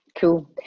cool